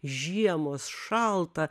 žiemos šalta